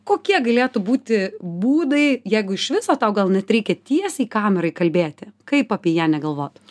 kokie galėtų būti būdai jeigu iš viso tau gal net reikia tiesiai kamerai kalbėti kaip apie ją negalvot